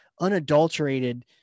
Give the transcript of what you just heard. unadulterated